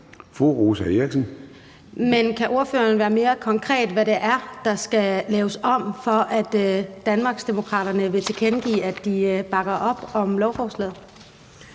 Rosa Eriksen (M): Men kan ordføreren være mere konkret om, hvad det er, der skal laves om, for at Danmarksdemokraterne vil tilkendegive, at de bakker op om lovforslaget?